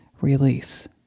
Release